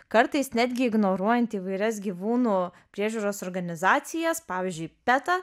kartais netgi ignoruojant įvairias gyvūnų priežiūros organizacijas pavyzdžiui peta